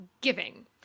giving